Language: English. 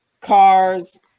cars